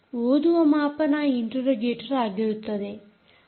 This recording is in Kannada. ಓದುವ ಮಾಪನ ಆ ಇಂಟೆರೋಗೇಟರ್ ಆಗಿರುತ್ತದೆ